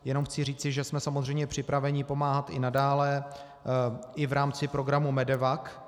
Jenom chci říci, že jsme samozřejmě připraveni pomáhat i nadále, i v rámci programu MEDEVAC.